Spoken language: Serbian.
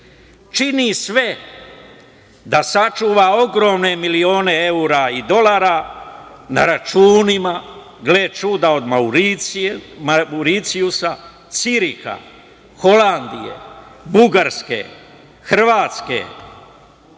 čini sve da sačuva ogromne milione evra i dolara na računima, gle čuda, Mauricijusa, Ciriha, Holandije, Bugarske, Hrvatske